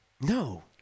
No